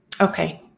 Okay